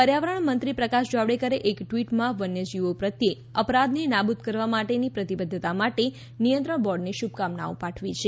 પર્યાવરણ મંત્રી પ્રકાશ જાવડેકરે એક ટ્વીટમાં વન્ય જીવો પ્રત્યે અપરાધને નાબૂદ કરવા માટેની પ્રતિબધ્ધતા માટે નિયંત્રણ બોર્ડને શુભકામનાઓ પાઠવી છે